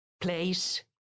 place